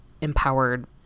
empowered